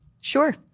Sure